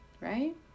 right